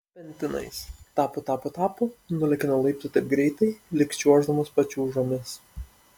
pentinais tapu tapu tapu nulėkė nuo laiptų taip greitai lyg čiuoždamas pačiūžomis